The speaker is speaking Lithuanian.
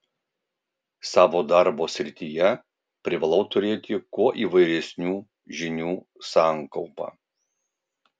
savo darbo srityje privalau turėti kuo įvairesnių žinių sankaupą